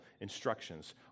instructions